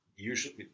Usually